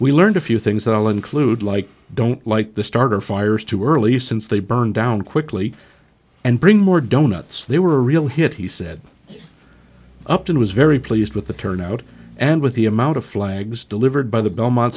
we learned a few things that will include like don't like the starter fires too early since they burn down quickly and bring more donuts they were a real hit he said upton was very pleased with the turnout and with the amount of flags delivered by the belmont